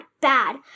bad